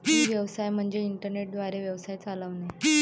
E व्यवसाय म्हणजे internet द्वारे व्यवसाय चालवणे